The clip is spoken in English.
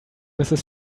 mrs